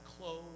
clothes